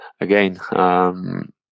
Again